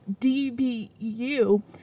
DBU